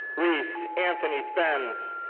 reese anthony fens.